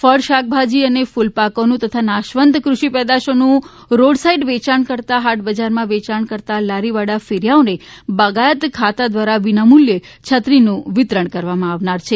ફળ શાકભાજી અને કુલપાકોનું તથા નાશવંત ક્રષિ પેદાશોનું રોડ સાઇડ વેચાણ કરતાહાટ બજારમાં વેચાણ કરતાંલારીવાળા ફેરીયાઓને બાગાયત ખાતા દ્વારા વિનામુલ્યે છત્રીનું વિતરણ કરવામાં આવનાર છે